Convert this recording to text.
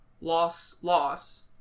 Loss-loss